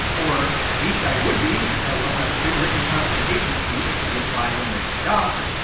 or at least i would be if that wasn't a pre-written confrontation speech to be applied when you're stuck.